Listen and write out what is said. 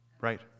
Right